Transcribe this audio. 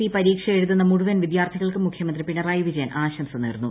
E പരീക്ഷ എഴുതുന്ന മുഴുവൻ വിദ്യാർത്ഥികൾക്കും മുഖ്യമന്ത്രി പിണറായി വിജയൻ ആശംസ നേർന്നു